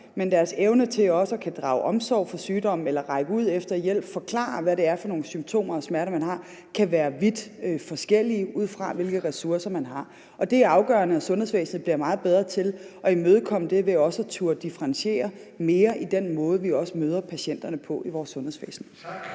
hvor deres evne til at kunne drage omsorg over for sygdommen eller række ud efter hjælp og forklare, hvad det er for nogle symptomer og smerter, de har, kan være vidt forskellige, ud fra hvilke ressourcer de har. Og det er også afgørende, at man i sundhedsvæsenet bliver meget bedre til at imødekomme det ved at turde differentiere mere i den måde, man møder patienterne på. Kl. 13:07 Første